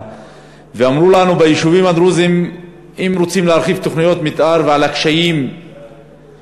שאמרו לנו: אם רוצים להרחיב תוכניות מתאר ביישובים הדרוזיים,